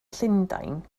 llundain